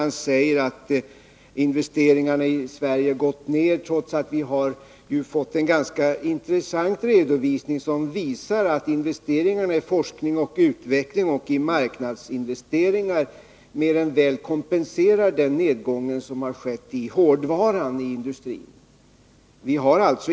Han säger att investeringarna i Sverige gått ned, men vi har ändå fått en ganska intressant redovisning som visar att investeringarna i forskning och utveckling samt marknadsinvesteringarna mer än väl kompenserar den nedgång som har skett inom industrin beträffande hårdvaran.